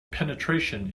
penetration